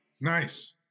Nice